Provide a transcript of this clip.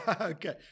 Okay